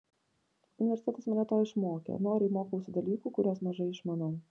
universitetas mane to išmokė noriai mokausi dalykų kuriuos mažai išmanau